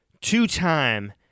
two-time